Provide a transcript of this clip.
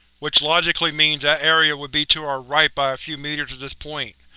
which logically means that area would be to our right by a few meters at this point.